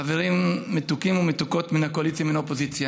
חברים מתוקים ומתוקות מן הקואליציה ומן האופוזיציה,